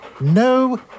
no